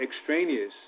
extraneous